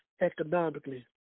economically